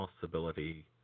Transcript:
possibility